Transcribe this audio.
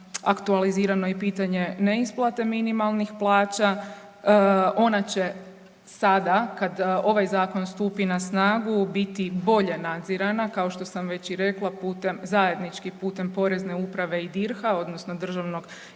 aktualizirano i pitanje neisplate minimalnih plaća, ona će sada kada ovaj Zakon stupi na snagu biti bolje nadzirana, kao što sam već i rekla, putem zajednički putem Porezne uprave i DIRH-a, odnosno Državnog